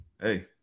hey